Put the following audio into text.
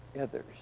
others